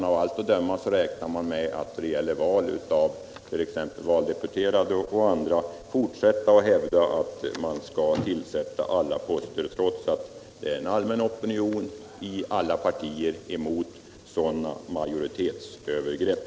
Av allt att döma räknar man med att vid val av t.ex. valdeputerade kunna fortsätta att hävda att majoriteten skall tillsätta alla poster, trots att det är en allmän opinion i alla partier emot sådana majoritetsövergrepp.